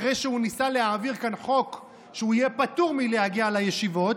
אחרי שהוא ניסה להעביר כאן חוק שהוא יהיה פטור מלהגיע לישיבות,